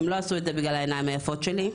הן לא עשו את זה בגלל העיניים היפות שלי,